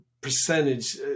percentage